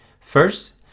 First